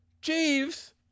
Jeeves